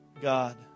God